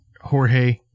Jorge